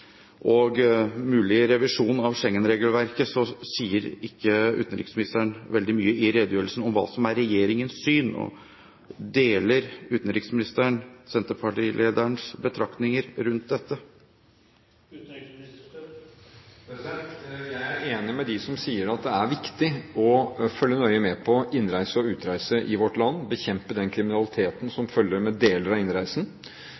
og mulig revisjon av Schengen-regelverket i redegjørelsen sier ikke utenriksministeren veldig mye om hva som er regjeringens syn. Deler utenriksministeren senterpartilederens betraktninger rundt dette? Jeg er enig med dem som sier at det er viktig å følge nøye med på innreise og utreise i vårt land, bekjempe den kriminaliteten